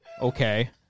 Okay